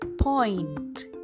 point